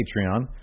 Patreon